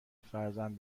فرزند